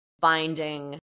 finding